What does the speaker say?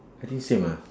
I think same lah